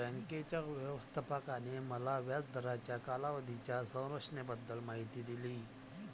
बँकेच्या व्यवस्थापकाने मला व्याज दराच्या कालावधीच्या संरचनेबद्दल माहिती दिली